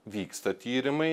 vyksta tyrimai